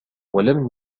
ولم